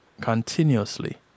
continuously